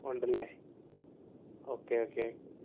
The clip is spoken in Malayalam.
ഉണ്ടല്ലേ ഓക്കേ ഓക്കേ